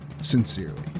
Sincerely